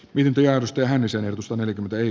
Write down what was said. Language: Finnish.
vimpiä vähennysehdotus on nyt ei